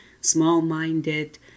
small-minded